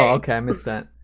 um okay, i missed that.